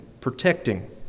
protecting